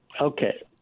Okay